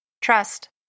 Trust